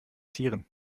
tieren